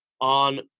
on